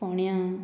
फोण्या